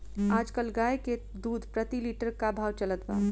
आज कल गाय के दूध प्रति लीटर का भाव चलत बा?